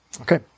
Okay